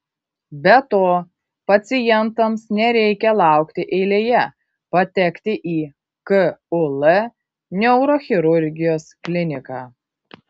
be to pacientams nereikia laukti eilėje patekti į kul neurochirurgijos kliniką